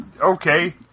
Okay